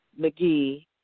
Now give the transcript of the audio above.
McGee